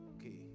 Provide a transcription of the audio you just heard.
Okay